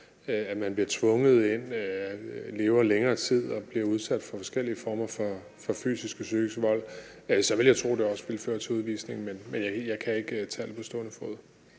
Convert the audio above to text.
at nogen bliver tvunget ind i noget og bliver udsat for forskellige former for fysisk og psykisk vold, så vil jeg tro, det også vil føre til udvisning. Men jeg kan ikke tallet på stående fod.